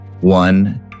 one